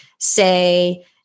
say